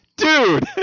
Dude